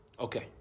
Okay